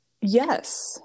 yes